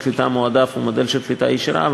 מודל הקליטה המועדף הוא מודל של קליטה ישירה,